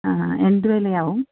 ആ എന്ത് വിലയാകും